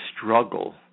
struggle